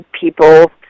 people